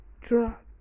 drop